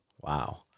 Wow